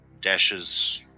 dashes